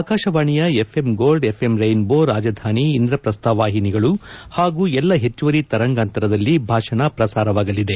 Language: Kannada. ಆಕಾಶವಾಣಿಯ FM gold FM rainbow Rajdhani Indraprastha ವಾಹಿನಿಗಳು ಹಾಗೂ ಎಲ್ಲ ಹೆಚ್ಚುವರಿ ತರಂಗಾಂತರದಲ್ಲಿ ಭಾಷಣ ಪ್ರಸಾರವಾಗಲಿದೆ